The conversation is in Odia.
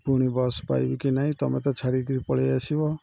ପୁଣି ବସ୍ ପାଇବି କି ନାଇଁ ତମେ ତ ଛାଡ଼ିକିରି ପଳେଇଆସିବ